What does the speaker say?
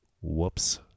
Whoops